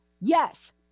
Yes